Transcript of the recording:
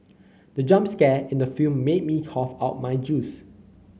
the jump scare in the film made me cough out my juice